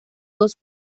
dos